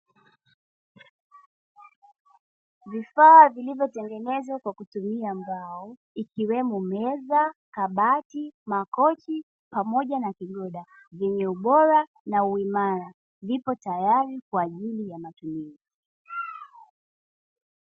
Vifaa vilivyotengenezwa kwa kutumia mbao, ikiwemo meza kabati makoti pamoja na kigoda zenye ubora na uimara ndivo tayari kwa ajili ya matumizi.